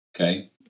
okay